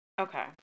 Okay